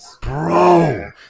bro